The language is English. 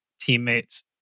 teammates